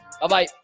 Bye-bye